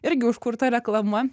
irgi užkurta reklama